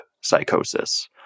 psychosis